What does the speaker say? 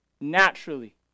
naturally